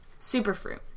Superfruit